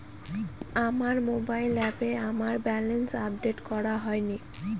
আমার মোবাইল অ্যাপে আমার ব্যালেন্স আপডেট করা হয়নি